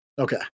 Okay